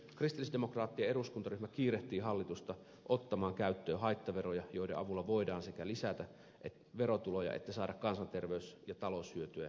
kristillisdemokraattinen eduskuntaryhmä kiirehtii hallitusta ottamaan käyttöön haittaveroja joiden avulla voidaan sekä lisätä verotuloja että saada kansanterveys ja taloushyötyjä yhteiskunnalle